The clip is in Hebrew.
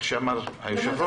כמו שאמר היושב-ראש.